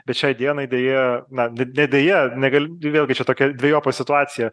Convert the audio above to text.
bet šiai dienai deja na n ne deja negali vėlgi čia tokia dvejopa situacija